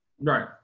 Right